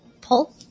Pull